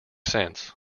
sense